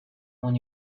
when